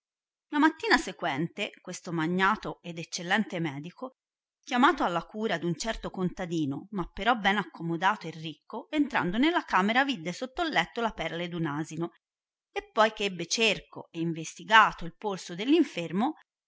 la mattina sequente questo magnato ed eccellente medico chiamato alla cura d'un certo contadino ma però ben accomodato e ricco entrando nella camera vidde sotto letto la pelle d un asino e poi eh ebbe cerco e investigato il polso